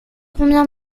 combien